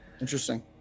Interesting